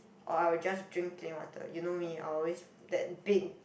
or I will just drink plain water you know me I'll always that big